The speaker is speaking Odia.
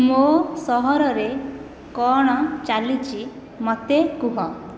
ମୋ ସହରରେ କ'ଣ ଚାଲିଛି ମୋତେ କୁହ